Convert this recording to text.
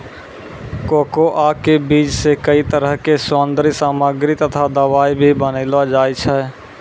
cocoa के बीज सॅ कई तरह के सौन्दर्य सामग्री तथा दवाई भी बनैलो जाय छै